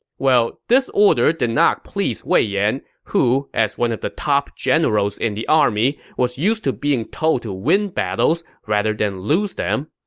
well, this order did not please wei yan, who, as one of the top generals in the army, was used to being told to win battles rather than losing them,